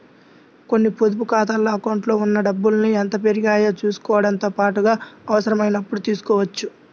కొన్ని పొదుపు ఖాతాల అకౌంట్లలో ఉన్న డబ్బుల్ని ఎంత పెరిగాయో చూసుకోవడంతో పాటుగా అవసరమైనప్పుడు తీసుకోవచ్చు